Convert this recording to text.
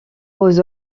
aux